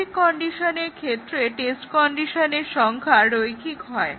basic কন্ডিশনের ক্ষেত্রে test কন্ডিশনের সংখ্যা রৈখিক হয়